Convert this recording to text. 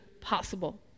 possible